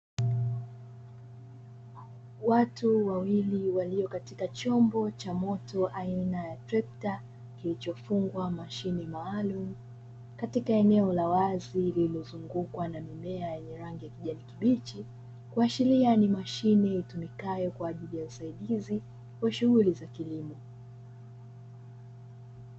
Watu wawili walio katika chombo cha moto aina ya trekta kilichofungwa mashine maalumu katika eneo la wazi lililozungukwa na mimea yenye rangi ya kijani kibichi, kuashiria ni mashine itumikayo kwaajili ya usaidizi wa shughuli za kilimo.